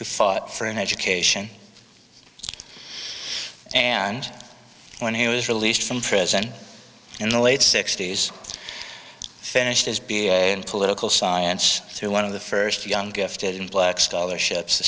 who fought for an education and when he was released from prison in the late sixty's finished his beer and political science through one of the first young gifted and black scholarships the